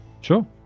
Sure